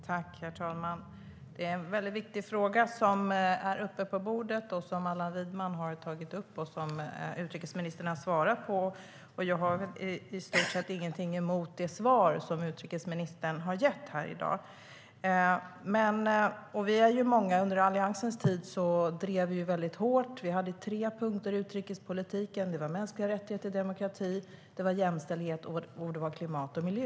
Herr talman! Det är en väldigt viktig fråga som är uppe på bordet och som Allan Widman interpellerat om. Jag har i stort sett ingenting emot det svar som utrikesministern gett här i dag. Under Alliansens tid drev vi på väldigt hårt. Vi hade tre punkter i utrikespolitiken. Det var för det första mänskliga rättigheter och demokrati, för det andra jämställdhet och för det tredje klimat och miljö.